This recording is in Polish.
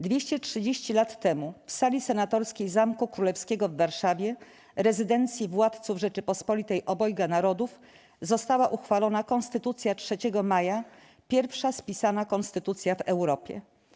230 lat temu w Sali Senatorskiej Zamku Królewskiego w Warszawie, rezydencji władców Rzeczypospolitej Obojga Narodów, została uchwalona Konstytucja 3 Maja, pierwsza spisana konstytucja w Europie.